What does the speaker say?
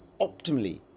optimally